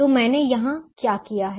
तो मैंने यहां क्या किया है